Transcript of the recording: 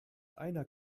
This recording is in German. einer